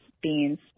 beans